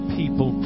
people